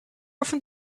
often